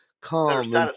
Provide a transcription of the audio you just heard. calm